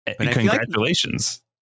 Congratulations